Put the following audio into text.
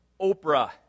Oprah